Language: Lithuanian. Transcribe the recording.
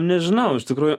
nežinau iš tikrųjų